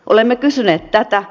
olemme kysyneet tätä